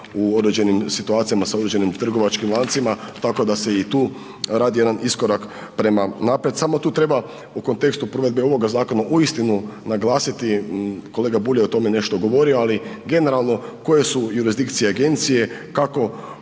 u određenim situacijama sa određenim trgovačkim lancima, tako da se i tu radi jedan iskorak prema naprijed, samo tu treba u kontekstu provedbe ovoga zakona uistinu naglasiti, kolega Bulj je o tome nešto govorio, ali generalno koje su jurisdikcije agencije, kako